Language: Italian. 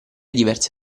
diversi